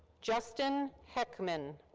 justin heckman.